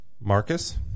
Marcus